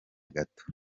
gato